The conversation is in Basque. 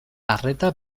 arreta